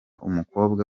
umukobwa